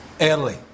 early